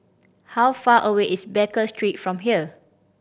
how far away is Baker Street from here